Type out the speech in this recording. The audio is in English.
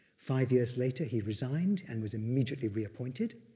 five years later, he resigned and was immediately reappointed,